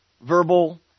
verbal